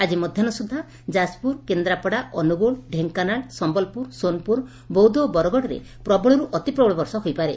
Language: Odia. ଆଜି ମଧ୍ୟାହୁ ସୁଛା ଯାଜପୁର କେନ୍ଦ୍ରାପଡ଼ା ଅନୁଗୁଳ ଡେଙ୍କାନାଳ ସମ୍ଭଲପୁର ସୋନପୁର ବୌଦ୍ଧ ଓ ବରଗଡ଼ରେ ପ୍ରବଳରୁ ଅତିପ୍ରବଳ ବର୍ଷା ହୋଇପାରେ